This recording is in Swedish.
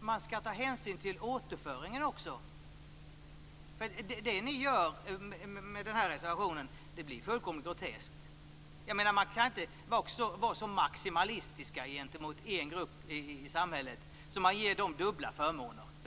man skall ta hänsyn till återföringen också. Det ni gör med den här reservationen blir fullkomligt groteskt. Jag menar att man inte kan vara så maximalistisk gentemot en grupp i samhället att man ger den dubbla förmåner.